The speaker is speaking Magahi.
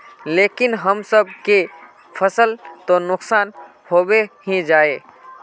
लेकिन हम सब के फ़सल तो नुकसान होबे ही जाय?